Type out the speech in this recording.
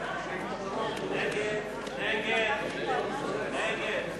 סעיף 67, כהצעת הוועדה, נתקבל.